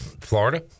Florida